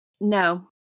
No